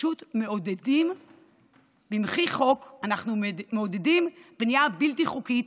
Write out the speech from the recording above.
פשוט במחי חוק מעודדים בנייה בלתי חוקית,